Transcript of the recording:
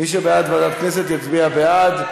מי שבעד ועדת הכנסת יצביע בעד.